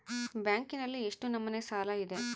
ಬ್ಯಾಂಕಿನಲ್ಲಿ ಎಷ್ಟು ನಮೂನೆ ಸಾಲ ಇದೆ?